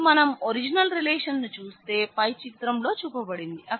ఇపుడు మనం ఒరిజినల్ రిలేషన్ను చూస్తే పై చిత్రంలో చూపబడింది